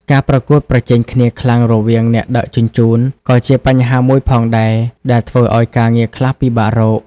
ការប្រកួតប្រជែងគ្នាខ្លាំងរវាងអ្នកដឹកជញ្ជូនក៏ជាបញ្ហាមួយផងដែរ ដែលធ្វើឲ្យការងារខ្លះពិបាករក។